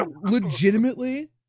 legitimately